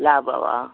ಲಾಭವ